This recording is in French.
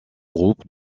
groupes